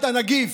את הנגיף,